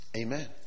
Amen